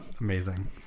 Amazing